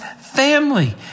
family